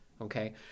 okay